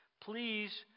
Please